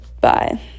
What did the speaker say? Bye